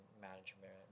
management